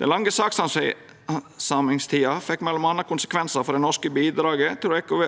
Den lange sakshandsamingstida fekk m.a. konsekvensar for det norske bidraget til å